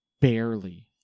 barely